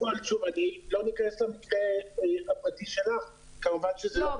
אני לא אכנס למקרה הפרטי שלך -- ברור,